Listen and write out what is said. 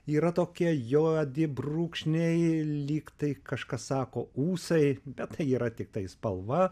yra tokie juodi brūkšniai lyg tai kažkas sako ūsai bet tai yra tiktai spalva